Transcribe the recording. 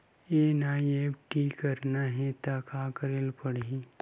NEFT करना हे त का करे ल पड़हि?